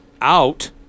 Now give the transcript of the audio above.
out